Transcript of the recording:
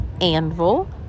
Anvil